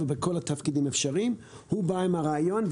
בכל התפקידים האפשריים הוא בא עם הרעיון.